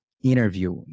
interview